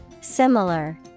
Similar